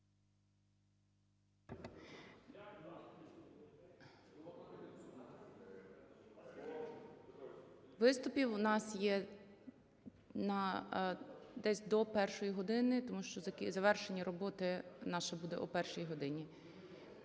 Виступів у нас є десь до першої години, тому що завершення роботи наше буде о першій годині.